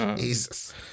Jesus